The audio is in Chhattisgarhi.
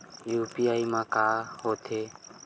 यू.पी.आई मा का होथे?